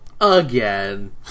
again